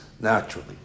naturally